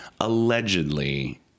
Allegedly